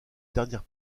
dernière